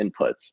inputs